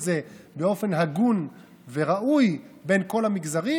זה באופן הגון וראוי בין כל המגזרים.